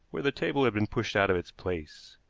where the table had been pushed out of its place.